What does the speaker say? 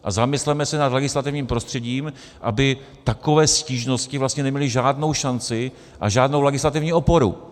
A zamysleme se nad legislativním prostředím, aby takové stížnosti vlastně neměly žádnou šanci a žádnou legislativní oporu.